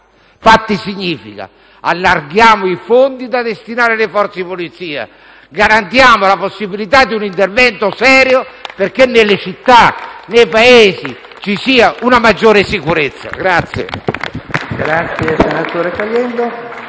che significa allargare i fondi da destinare alle Forze di polizia, garantire la possibilità di un intervento serio perché nelle città e nei paesi ci sia maggiore sicurezza.